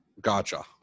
Gotcha